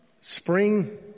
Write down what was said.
spring